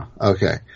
Okay